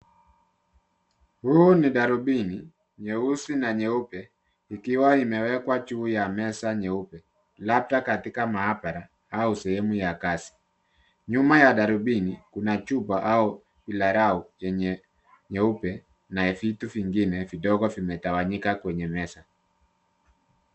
Huu ni darubini nyeusi na nyeupe ikiwa imeekwa juu ya meza nyeupe, labda katika maabara au sehemu ya kazi. Nyuma ya darubini kuna chupa au bilarau chenye nyeupe na vitu vingine vidogo vimetawanyika kwenye meza.